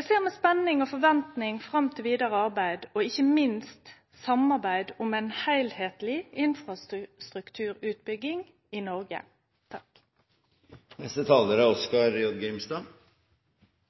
Eg ser med spenning og forventing fram til det vidare arbeidet og – ikkje minst – til samarbeid om ei heilskapleg infrastrukturutbygging i Noreg.